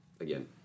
again